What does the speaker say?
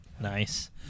Nice